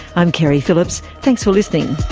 i'm keri phillips. thanks for listening